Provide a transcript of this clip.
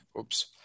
Oops